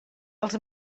els